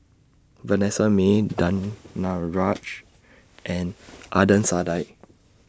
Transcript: Vanessa Mae Danaraj and Adnan Saidi